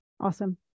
Awesome